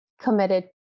committed